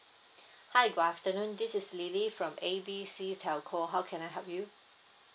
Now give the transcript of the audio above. hi good afternoon this is lily from A B C telco how can I help you